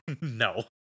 No